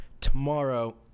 tomorrow